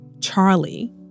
Charlie